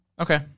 Okay